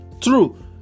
true